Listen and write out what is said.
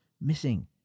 missing